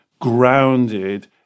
grounded